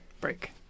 Break